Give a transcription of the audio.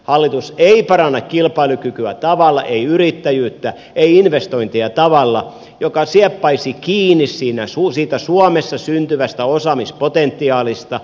hallitus ei paranna kilpailukykyä ei yrittäjyyttä ei investointeja tavalla joka sieppaisi kiinni siitä suomessa syntyvästä osaamispotentiaalista